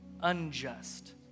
unjust